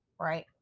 right